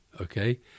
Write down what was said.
Okay